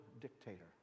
dictator